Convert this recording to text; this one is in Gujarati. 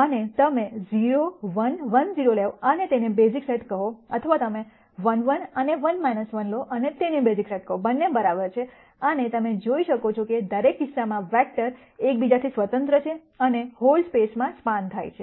અને તમે 0 1 1 0 લેવ અને તેને બેઝિક સેટ કહો અથવા તમે 1 1 અને 1 1 લો અને તેને બેઝિક સેટ કહો બંને બરાબર છે અને તમે જોઈ શકો છો કે દરેક કિસ્સામાં વેક્ટર એક બીજાથી સ્વતંત્ર છે અને તે હોલ સ્પેસ માં સ્પાન થયા છે